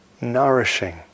nourishing